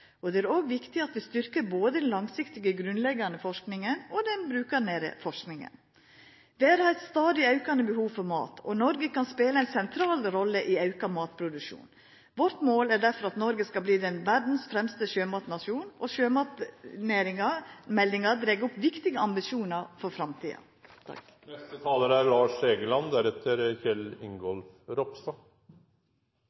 rekrutteringskvotar kan vera eit viktig bidrag her. Det er òg viktig at vi styrkjer både den langsiktige grunnleggjande forskinga og den brukarnære forskinga. Verda har et stadig aukande behov for mat, og Noreg kan spela ei sentral rolle i å auka matproduksjonen. Vårt mål er derfor at Noreg skal verta verdas fremste sjømatnasjon, og sjømatmeldinga dreg opp viktige ambisjonar for framtida.